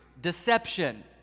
Deception